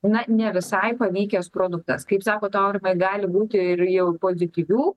na ne visai pavykęs produktas kaip sakot aurimai gali būti ir jau pozityvių